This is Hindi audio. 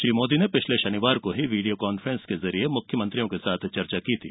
श्री मोदी ने शनिवार को वीडियो कांफ्रेंस के जरिये मुख्यमंत्रियों के साथ चर्चा की थी